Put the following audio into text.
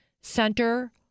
Center